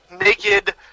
naked